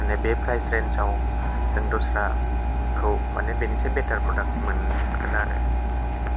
माने बे प्राइज रेन्जाव जों दस्राखौ माने बेनिख्रुइ बेटार प्रदाक्ट मोनगोन आरो बेनो